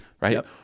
right